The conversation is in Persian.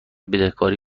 بدهکاری